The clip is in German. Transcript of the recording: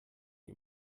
die